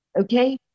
Okay